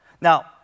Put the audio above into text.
Now